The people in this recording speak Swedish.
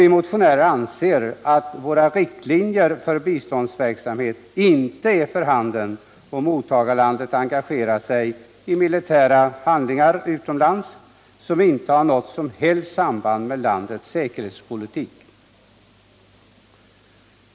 Vi motionärer anser att våra riktlinjer för biståndsverksamhet inte är för handen om mottagarlandet engagerar sig i militära handlingar utomlands, som inte har något som helst samband med landets säkerhetspolitik.